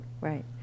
Right